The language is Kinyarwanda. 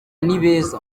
nibeza